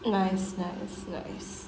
nice nice nice